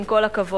עם כל הכבוד.